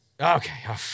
Okay